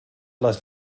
les